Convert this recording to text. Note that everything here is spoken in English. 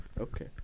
Okay